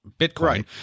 Bitcoin